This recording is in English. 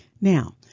Now